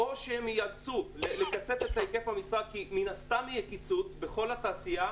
או שהם ייאלצו לקצץ את היקף המשרה כי מן הסתם יהיה קיצוץ בכל התעשייה,